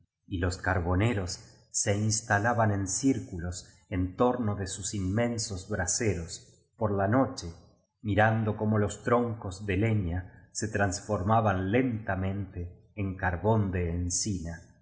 y los carboneros se instalaban en círculos en torno de sus in mensos braseros por la noche mirando cómo los troncos de leña se transformaban lentamente en carbón de encina